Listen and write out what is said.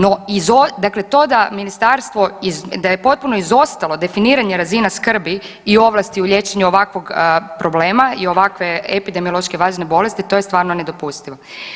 No to da ministarstvo da je potpuno izostalo definiranje razina skrbi i ovlasti u liječenju ovakvog problema i ovakve epidemiološke važne bolesti to je stvarno nedopustivo.